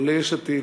גם ליש עתיד,